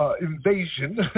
invasion